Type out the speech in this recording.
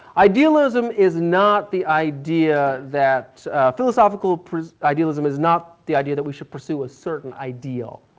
idealism is not the idea that philosophical idealism is not the idea that we should pursue a certain ideal.